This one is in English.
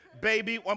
baby